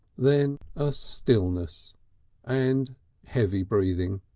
then a stillness and heavy breathing.